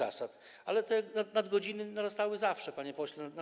Ale te nadgodziny narastały zawsze, panie pośle.